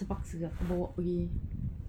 terpaksa aku bawa pergi